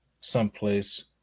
someplace